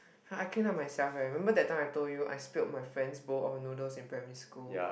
ah I clean up myself leh remember that I told you I spilled my friend's bowl of noodles in primary school